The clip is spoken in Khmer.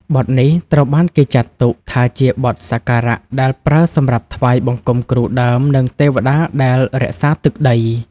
បទនេះត្រូវបានគេចាត់ទុកថាជាបទសក្ការៈដែលប្រើសម្រាប់ថ្វាយបង្គំគ្រូដើម និងទេវតាដែលរក្សាទឹកដី